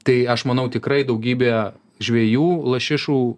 tai aš manau tikrai daugybė žvejų lašišų